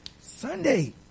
Sunday